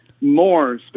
more